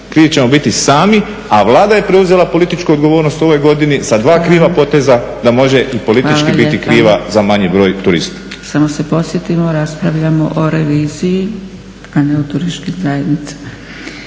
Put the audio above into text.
Krivi ćemo biti sami a Vlada je preuzela političku odgovornost u ovoj godini sa dva kriva poteza da može i politički biti kriva za manji broj turista. **Zgrebec, Dragica (SDP)** Hvala lijepa. Samo se podsjetimo raspravljamo o reviziji a ne o turističkim zajednicama.